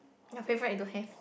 my favourite acronym